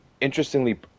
interestingly